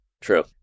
True